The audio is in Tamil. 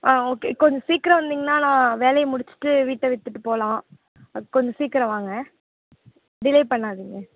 ஆ ஓகே கொஞ்சம் சீக்கரம் வந்திங்கனா நான் வேலையை முடித்துட்டு வீட்டை விற்றுட்டு போகலாம் கொஞ்சம் சீக்கரம் வாங்க டிலே பண்ணாதிங்க